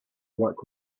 work